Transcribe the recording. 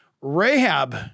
Rahab